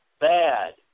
bad